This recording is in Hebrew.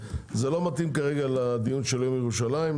זה לא מתאים כרגע לדיון של יום ירושלים,